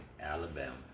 Alabama